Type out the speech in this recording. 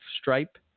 stripe